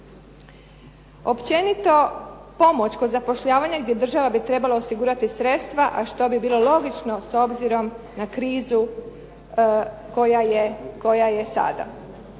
Općenito, pomoć kod zapošljavanja gdje država bi trebala osigurati sredstva a što bi bilo logično s obzirom na krizu koja je sada.